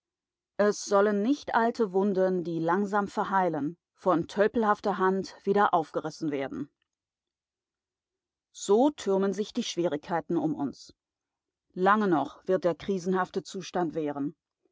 es sollen nicht alte wunden die langsam verheilen von tölpelhafter hand wieder aufgerissen werden so türmen sich die schwierigkeiten um uns lange noch wird der krisenhafte zustand währen